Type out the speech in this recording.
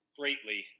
greatly